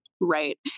Right